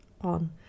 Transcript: on